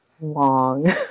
long